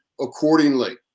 accordingly